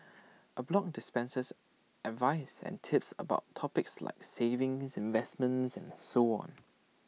A blog dispenses advice and tips about topics like savings investments and so on